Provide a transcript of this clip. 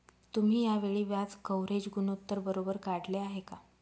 तुम्ही या वेळी व्याज कव्हरेज गुणोत्तर बरोबर काढले आहे का?